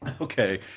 Okay